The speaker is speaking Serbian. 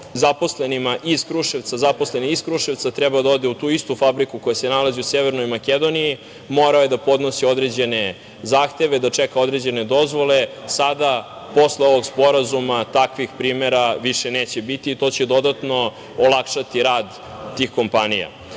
zaposleni iz Kruševca treba da odu u tu istu fabriku koja se nalazi u Severnoj Makedoniji, moraju da podnose određene zahteve, da čekaju određene dozvole. Sada posle ovog sporazuma, takvih primera više neće biti i to će dodatno olakšati rad tih kompanija. Premijera